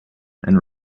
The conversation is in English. and